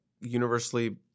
universally